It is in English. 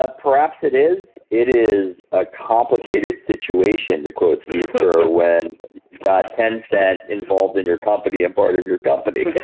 ah perhaps it is. it is a complicated situation that quotes you when you've got ten said involved in your company and part of your company.